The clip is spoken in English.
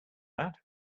that